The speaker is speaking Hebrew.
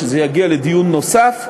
שזה יגיע לדיון נוסף,